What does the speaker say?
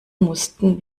mussten